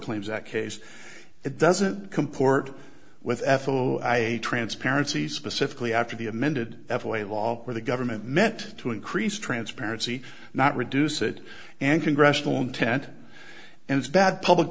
claims act case it doesn't comport with foia transparency specifically after the amended foia law where the government meant to increase transparency not reduce it and congressional intent and it's bad public